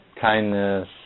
kindness